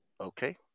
Okay